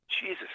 Jesus